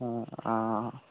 हँ आ